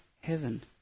heaven